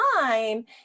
time